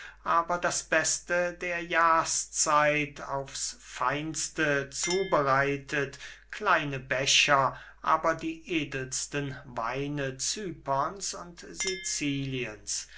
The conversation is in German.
aber das beste der jahreszeit aufs feinste zubereitet kleine becher aber die edelsten weine cyperns und siciliens